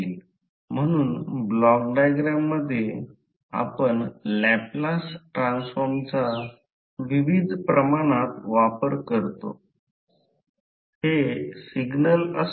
तर ही करंटची दिशा आहे या फ्लक्सचा अर्थ असा आहे की करंट या प्लेनमध्ये म्हणजे पेपरमध्ये प्रवेश करत आहे आणि ही फ्लक्सची दिशा आहे